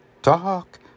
talk